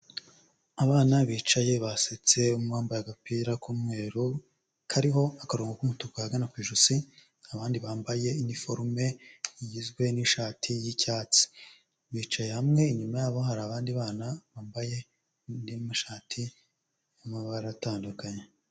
Abana bicaye basetse, umwe wambaye agapira k'umweru, kariho akarongo k'umutuku ahagana ku ijosi, abandi bambaye iniforume igizwe n'ishati y'icyatsi, bicaye hamwe, inyuma yabo hari abandi bana bambaye andi mashati y'amabara atandukanye.